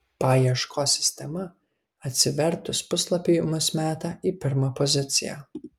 paieškos sistema atsivertus puslapiui mus meta į pirmą poziciją